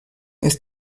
ist